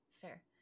fair